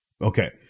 Okay